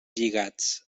lligats